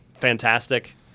fantastic